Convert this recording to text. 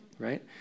right